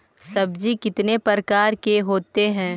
सब्जी कितने प्रकार के होते है?